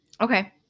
Okay